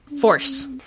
Force